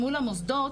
מול המוסדות,